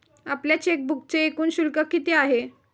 आपल्या चेकबुकचे एकूण शुल्क किती आहे?